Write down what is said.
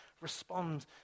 respond